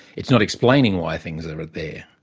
it's not explaining why things are there.